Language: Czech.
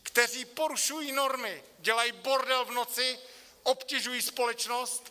Kteří porušují normy, dělaj bordel v noci, obtěžují společnost.